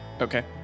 Okay